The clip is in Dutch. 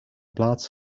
plaats